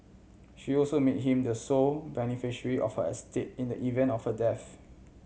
she also made him the sole beneficiary of her estate in the event of her death